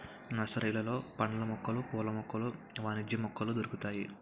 నర్సరీలలో పండ్ల మొక్కలు పూల మొక్కలు వాణిజ్య మొక్కలు దొరుకుతాయి